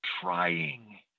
trying